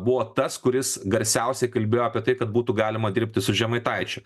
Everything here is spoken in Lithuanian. buvo tas kuris garsiausiai kalbėjo apie tai kad būtų galima dirbti su žemaitaičiu